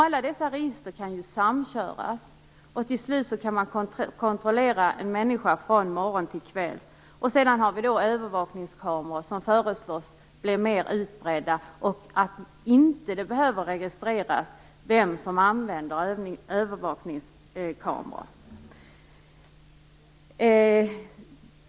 Alla dessa register kan ju samköras, och till slut kan man kontrollera en människa från morgon till kväll. Till detta kommer övervakningskameror, som föreslås få större utbredning. Dessutom behöver det inte registreras vem som använder dem.